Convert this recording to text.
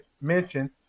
mentioned